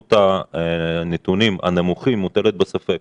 שאמינות הנתונים הנמוכים מוטלת בספק